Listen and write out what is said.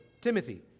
Timothy